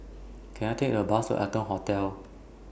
Can I Take A Bus to Arton Hotel